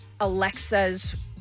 Alexas